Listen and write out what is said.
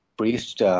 Priest